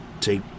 take